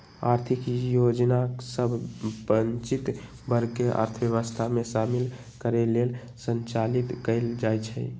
आर्थिक योजना सभ वंचित वर्ग के अर्थव्यवस्था में शामिल करे लेल संचालित कएल जाइ छइ